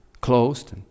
closed